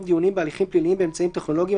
דיונים בהליכים פליליים באמצעים טכנולוגיים),